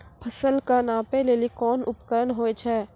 फसल कऽ नापै लेली कोन उपकरण होय छै?